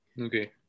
Okay